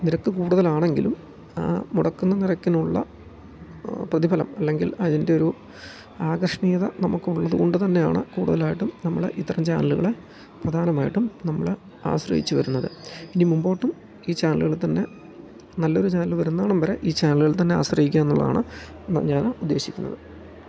നിരക്ക് കൂടുതൽ ആ ണെങ്കിലും മുടക്കുന്ന നിരക്കിനുള്ള പ്രതിഫലം അല്ലെങ്കിൽ അതിൻ്റെ ഒരു ആകർഷണീയത നമുക്ക് ഉള്ളത് കൊണ്ട് തന്നെയാണ് കൂടുതലായിട്ടും നമ്മളെ ഇത്തരം ചാനലുകളെ പ്രധാനമായിട്ടും നമ്മളെ ആശ്രയിച്ചു വരുന്നത് ഇനി മുമ്പോട്ടും ഈ ചാനലുകളിൽ തന്നെ നല്ല ഒരു ചാനല് വരുന്ന ഇടം വരെ ഈ ചാനലുകളിൽ തന്നെ ആശ്രയിക്കുക എന്നുള്ളതാണ് ഞാൻ ഉദ്ദേശിക്കുന്നത്